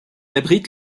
abrite